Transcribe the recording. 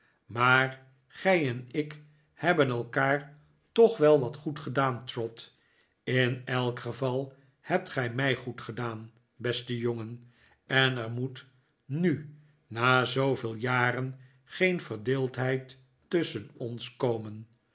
maar gij en ik hebben elkaar toch wel goed gedaan trot in elk geval hebt gij mij goed gedaan beste jongen en er moet nu na zooveel jaren geen verdeeldheid tusschen ons komen